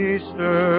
Easter